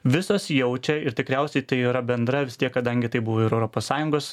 visos jaučia ir tikriausiai tai yra bendra vis tiek kadangi tai buvo ir europos sąjungos